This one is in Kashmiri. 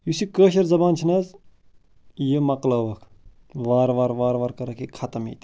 یُس یہِ کٲشِر زبان چھِ نہَ حظ یہِ مکلٲوٕکھ وار وار وار وار کٔرٕکھ یہِ خَتم ییٚتہِ